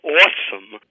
awesome